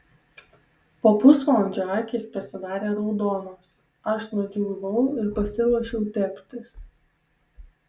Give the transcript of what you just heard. po pusvalandžio akys pasidarė raudonos aš nudžiūvau ir pasiruošiau teptis